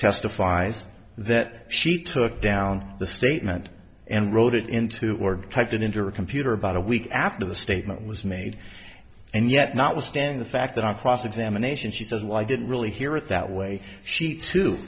testifies that she took down the statement and wrote it into or typed in injury computer about a week after the statement was made and yet notwithstanding the fact that on cross examination she says well i didn't really hear it that way she to